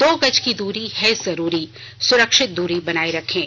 दो गज की दूरी है जरूरी सुरक्षित दूरी बनाए रखें